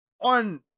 On